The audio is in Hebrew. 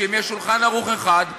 אם יש "שולחן ערוך" אחד,